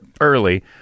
early